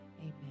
amen